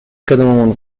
کدوممون